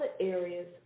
areas